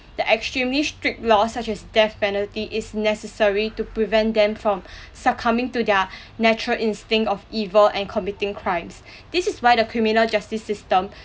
the extremely strict law such as death penalty is necessary to prevent them from succumbing to their natural instinct of evil and committing crimes this is why the criminal justice system